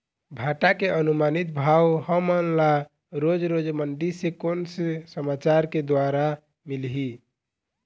भांटा के अनुमानित भाव हमन ला रोज रोज मंडी से कोन से समाचार के द्वारा मिलही?